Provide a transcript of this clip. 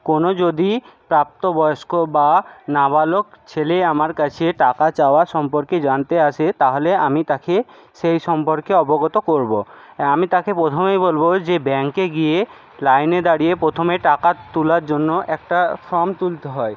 কোনো যদি প্রাপ্তবয়স্ক বা নাবালক ছেলে আমার কাছে টাকা চাওয়া সম্পর্কে জানতে আসে তাহলে আমি তাকে সেই সম্পর্কে অবগত করবো আমি তাকে প্রথমেই বলবো যে ব্যাংকে গিয়ে লাইনে দাঁড়িয়ে প্রথমে টাকা তোলার জন্য একটা ফর্ম তুলতে হয়